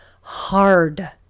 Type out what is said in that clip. hard